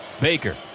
Baker